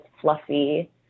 fluffy